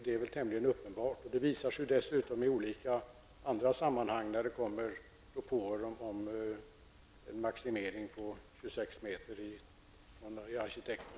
Dettta är tämligen uppenbart, och det visar sig även i andra sammanhang när det kommer propåer om maximering till 26 meter.